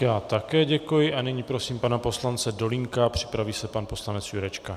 Já také děkuji a nyní prosím pana poslance Dolínka, připraví se pan poslanec Jurečka.